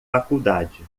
faculdade